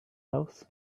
house